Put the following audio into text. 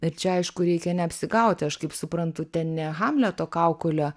ir čia aišku reikia neapsigauti aš kaip suprantu ten ne hamleto kaukolė